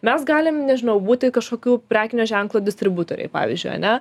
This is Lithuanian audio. mes galim nežinau būti kažkokių prekinio ženklo distributoriai pavyzdžiui ane